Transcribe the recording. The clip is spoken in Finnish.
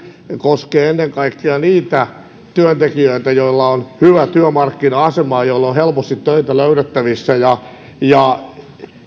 koskee ennen kaikkea niitä työntekijöitä joilla on hyvä työmarkkina asema jolloin on helposti töitä löydettävissä